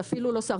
זה אפילו לא שר,